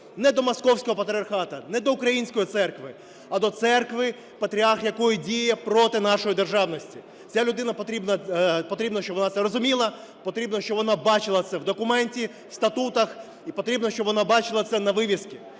Не до Московського патріархату, не до української церкви, а до церкви, патріарх якої діє проти нашої державності. Ця людина, потрібно, щоб вона це розуміла, потрібно, щоб вона бачила це в документі, статутах і потрібно, щоб вона бачила це на "вывеске".